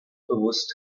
bewusst